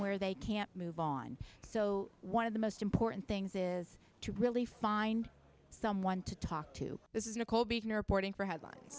where they can't move on so one of the most important things is to really find someone to talk to this is nicole beaton or porting for headlines